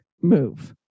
move